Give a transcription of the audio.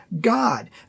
God